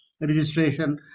registration